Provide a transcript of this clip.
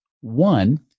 One